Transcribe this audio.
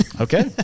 Okay